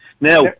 Now